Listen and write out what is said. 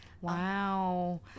Wow